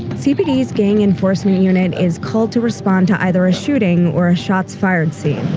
cpd's gang enforcement unit is called to respond to either a shooting or a shots fired scene.